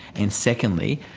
and secondly,